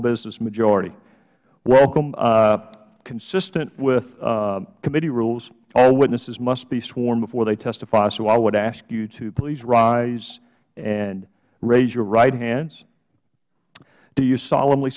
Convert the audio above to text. business majority welcome consistent with committee rules all witnesses must be sworn before they testify so i would ask you to please rise and raise your right hands do you sol